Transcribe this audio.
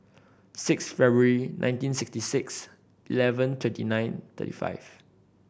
sixth February nineteen sixty six eleven twenty nine thirty five